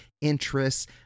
interests